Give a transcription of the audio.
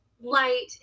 Light